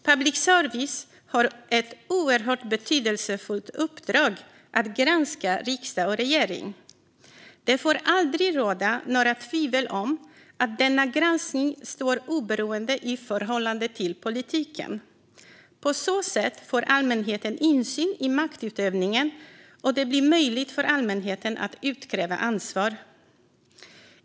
Public service har ett oerhört betydelsefullt uppdrag att granska riksdag och regering. Det får aldrig råda några tvivel om att denna granskning står oberoende i förhållande till politiken. På så sätt får allmänheten insyn i maktutövningen, och det blir möjligt för allmänheten att utkräva ansvar.